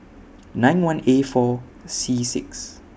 nine one A four C six